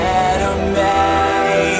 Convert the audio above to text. enemy